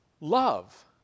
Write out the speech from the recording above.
love